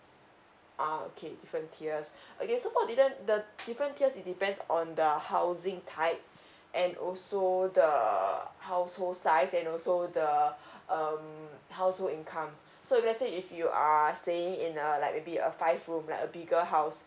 ah okay different tiers okay so for didn't the different tiers it depends on the housing type and also the household size and also the um household income so if let's say if you are staying in a like maybe a five room like a bigger house